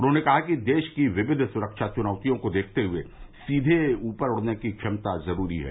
उन्होंने कहा कि देश की विविध सुरक्षा चुनौतियों को देखते हुए सीधे ऊपर उठने की क्षमता जरूरी है